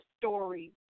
story